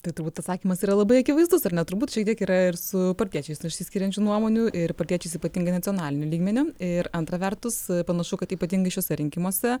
tai turbūt atsakymas yra labai akivaizdus ar ne turbūt šiek tiek yra ir su partiečiais išsiskiriančių nuomonių ir partiečiais ypatingai nacionaliniu lygmeniu ir antra vertus panašu kad ypatingai šiuose rinkimuose